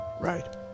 right